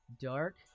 dark